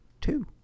Two